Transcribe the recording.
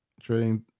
trading